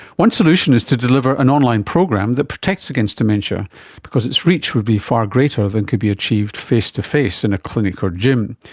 one solution is to deliver an online program that protects against dementia because its reach would be far greater than could be achieved face-to-face in a clinic or gym.